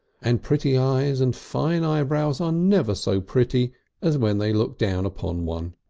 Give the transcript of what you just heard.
and pretty eyes and fine eyebrows are never so pretty as when they look down upon one.